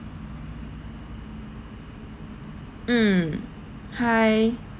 mm hi